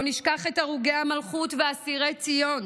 לא נשכח את הרוגי המלכות ואסירי ציון